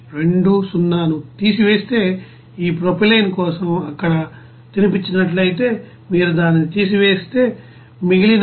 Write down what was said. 20 ను తీసివేస్తే ఈ ప్రొపైలిన్ కోసం అక్కడ తినిపించినట్లయితే మీరు దానిని తీసివేస్తే మిగిలిన 9